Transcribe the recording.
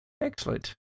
Excellent